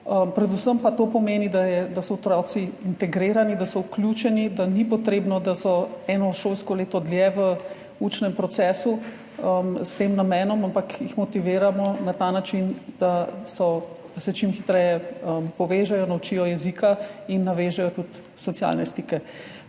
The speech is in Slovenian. Predvsem pa to pomeni, da so otroci integrirani, da so vključeni, da ni potrebno, da so eno šolsko leto dlje v učnem procesu s tem namenom, ampak jih motiviramo na ta način, da se čim hitreje povežejo, naučijo jezika in navežejo tudi socialne stike.